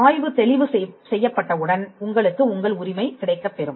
ஆய்வு தெளிவு செய்யப்பட்ட உடன் உங்களுக்கு உங்கள் உரிமை கிடைக்கப் பெறும்